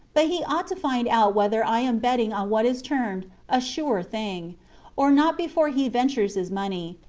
but he ought to find out whether i am betting on what is termed a sure thing or not before he ventures his money,